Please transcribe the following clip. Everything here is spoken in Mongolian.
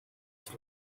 ажил